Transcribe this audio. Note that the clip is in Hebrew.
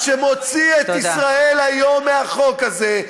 שמוציא את "ישראל היום" מהחוק הזה.